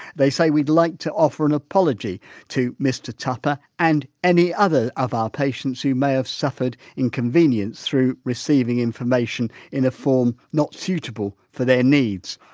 they say, we'd like to offer an apology to mr tupper and any other of our patients who may have suffered inconvenience through receiving information in a form not suitable for their needs.